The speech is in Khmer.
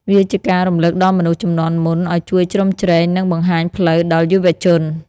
វាជាការរំលឹកដល់មនុស្សជំនាន់មុន ឱ្យជួយជ្រោមជ្រែង និងបង្ហាញផ្លូវដល់យុវជន។